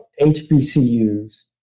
HBCUs